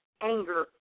anger